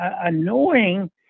annoying